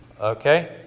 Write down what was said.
Okay